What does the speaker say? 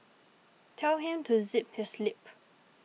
tell him to zip his lip